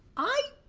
i,